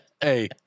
Hey